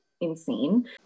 insane